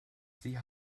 sie